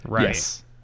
yes